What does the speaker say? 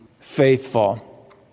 faithful